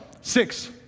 six